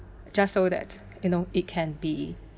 just so that you know it can be